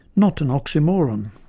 not an oxymoron.